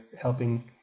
helping